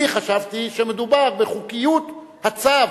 אני חשבתי שמדובר בחוקיות הצו,